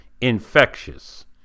infectious